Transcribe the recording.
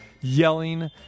yelling